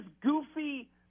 goofy